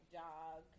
dog